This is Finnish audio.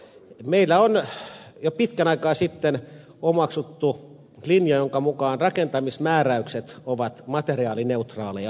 meillä on jo pitkän aikaa sitten omaksuttu linja jonka mukaan rakentamismääräykset ovat materiaalineutraaleja